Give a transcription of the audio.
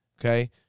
okay